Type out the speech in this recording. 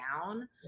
down